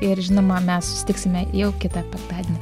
ir žinoma mes susitiksime jau kitą penktadienį